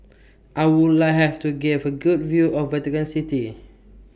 I Would like Have to Give A Good View of Vatican City